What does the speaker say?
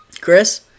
Chris